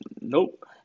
Nope